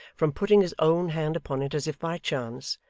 from putting his own hand upon it as if by chance,